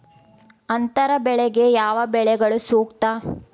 ಅಂತರ ಬೆಳೆಗೆ ಯಾವ ಬೆಳೆಗಳು ಸೂಕ್ತ?